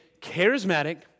charismatic